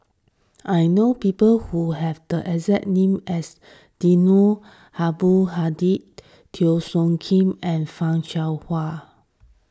I know people who have the exact name as Eddino Abdul Hadi Teo Soon Kim and Fan Shao Hua